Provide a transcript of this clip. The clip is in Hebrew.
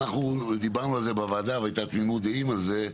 אנחנו דיברנו על זה בוועדה והייתה תמימות דעים על זה,